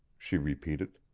she repeated.